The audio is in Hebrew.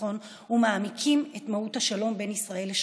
התיכון ומעמיקים את מהות השלום בין ישראל לשכנותיה.